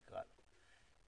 נקרא לו.